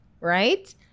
right